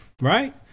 right